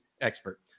expert